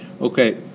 Okay